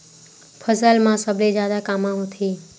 फसल मा सबले जादा कामा होथे?